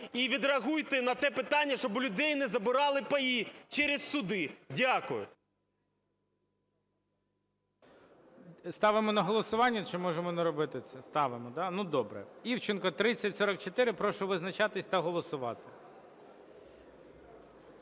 і відреагуйте на те питання, щоб у людей не забирали паї через суди. Дякую. ГОЛОВУЮЧИЙ. Ставимо на голосування чи можемо не робити це? Ставимо, да? Добре. Івченко, 3044, прошу визначатись та голосувати.